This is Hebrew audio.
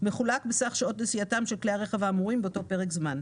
מחולק בסך שעות נסיעתם של כלי הרכב האמורים באותו פרק זמן.